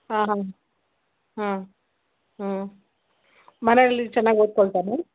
ಹಾಂ ಹಾಂ ಹಾಂ ಹ್ಞೂ ಮನೇಲಿ ಚೆನ್ನಾಗಿ ಓದ್ಕೊಳ್ತಾನಾ